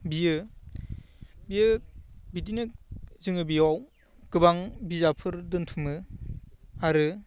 बियो बियो बिदिनो जोङो बेयाव गोबां बिजाबफोर दोन्थुमो आरो